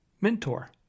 mentor